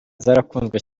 zarakunzwe